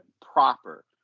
proper